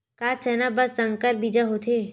का चना बर संकर बीज होथे?